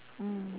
mm